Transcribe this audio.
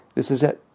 this is it.